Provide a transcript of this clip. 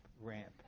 ramp